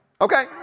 Okay